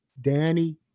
Danny